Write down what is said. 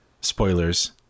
spoilers